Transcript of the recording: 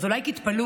אז אולי תתפלאו,